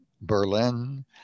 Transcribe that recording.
Berlin